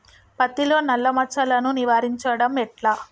పత్తిలో నల్లా మచ్చలను నివారించడం ఎట్లా?